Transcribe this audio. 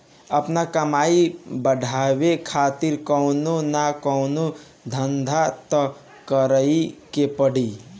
आपन कमाई बढ़ावे खातिर कवनो न कवनो धंधा तअ करीए के पड़ी